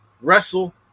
wrestle